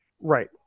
Right